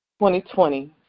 2020